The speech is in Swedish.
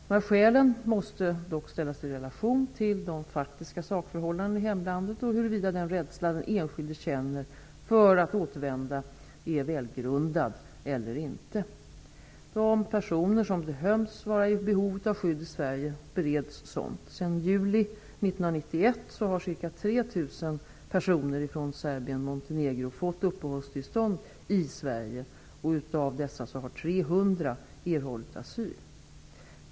Dessa skäl måste dock ställas i relation till de faktiska sakförhållandena i hemlandet och huruvida den rädsla den enskilde känner för att återvända är välgrundad eller inte. Sverige bereds sådant. Sedan juli 1991 har ca 3 000 personer från Serbien-Montenegro fått uppehållstillstånd i Sverige. Av dessa har ca 300 erhållit asyl.